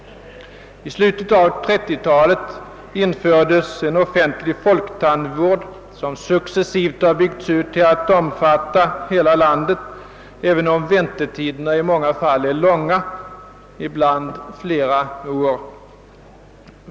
I slutet av 1930-talet infördes en offentlig folktandvård som successivt har byggts ut till att omfatta hela landet, även om väntetiderna i många fall är långa — ibland flera år.